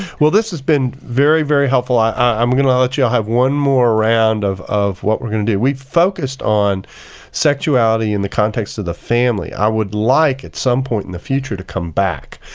well this has been very, very helpful. ah i'm going to let you i have one more round of of what we're going to do. we've focused on sexuality in the context of the family. i would like at some point in the future to come back,